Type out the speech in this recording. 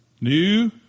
new